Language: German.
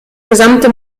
gesamte